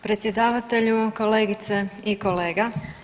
Predsjedavatelju, kolegice i kolega.